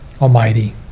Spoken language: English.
Almighty